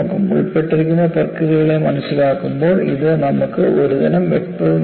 ഉൾപ്പെട്ടിരിക്കുന്ന പ്രക്രിയകളെ മനസ്സിലാക്കുമ്പോൾ ഇത് നമുക്ക് ഒരുതരം വ്യക്തത നൽകും